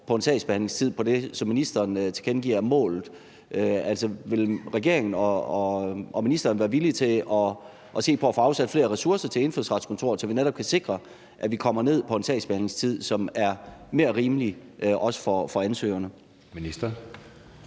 på en sagsbehandlingstid på det, som ministeren tilkendegiver er målet. Altså, vil regeringen og ministeren være villige til at se på at få afsat flere ressourcer til Indfødsretskontoret, så vi netop kan sikre, at vi kommer ned på en sagsbehandlingstid, som er mere rimelig også for ansøgerne?